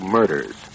Murders